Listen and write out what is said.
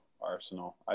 Arsenal